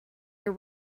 you